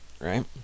right